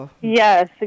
Yes